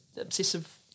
Obsessive